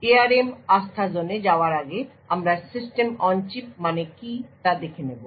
ARM আস্থাজোনে যাওয়ার আগে আমরা সিস্টেম অন চিপ মানে কী তা দেখে নেব